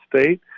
State